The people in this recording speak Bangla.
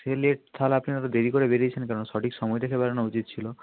সে লেট তাহলে আপনি এত দেরি করে বেরিয়েছেন কেন সঠিক সময় দেখে বেরানো উচিত ছিলো